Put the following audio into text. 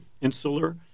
insular